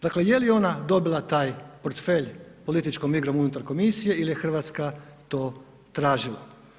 Dakle, je li ona dobila taj portfelj političkom igrom unutar komisije ili je Hrvatska to tražila.